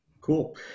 Cool